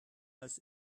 als